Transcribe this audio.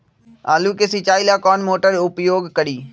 आलू के सिंचाई ला कौन मोटर उपयोग करी?